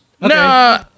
No